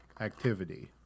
activity